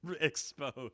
exposed